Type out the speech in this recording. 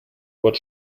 what